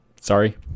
sorry